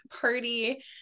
party